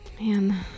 man